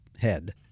head